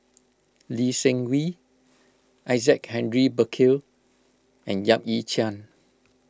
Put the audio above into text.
Lee Seng Wee Isaac Henry Burkill and Yap Ee Chian